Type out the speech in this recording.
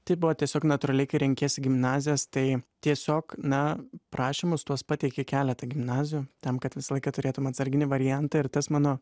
tai buvo tiesiog natūraliai kai renkiesi gimnazijas tai tiesiog na prašymus tuos pateiki į keletą gimnazijų tam kad visą laiką turėtum atsarginį variantą ir tas mano